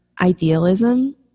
idealism